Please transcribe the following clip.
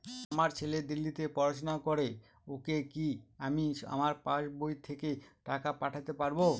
আমার ছেলে দিল্লীতে পড়াশোনা করে ওকে কি আমি আমার পাসবই থেকে টাকা পাঠাতে পারব?